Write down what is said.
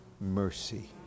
mercy